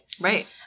Right